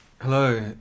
Hello